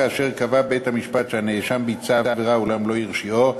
כאשר קבע בית-משפט שהנאשם ביצע עבירה אולם לא הרשיעו,